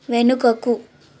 వెనుకకు